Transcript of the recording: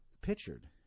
pictured